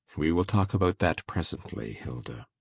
we will talk about that presently, hilda.